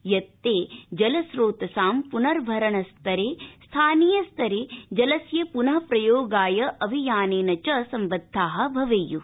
यत् ते जलम्रोतसां पुनर्भरण स्तरे स्थानीय स्तरे जलस्य पुन प्रयोगाय अभियानेन सम्बद्धा भवेयु